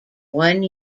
one